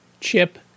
Chip